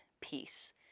peace